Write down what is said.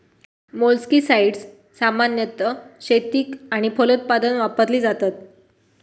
मोलस्किसाड्स सामान्यतः शेतीक आणि फलोत्पादन वापरली जातत